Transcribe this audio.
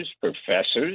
professors